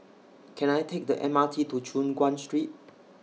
Can I Take The M R T to Choon Guan Street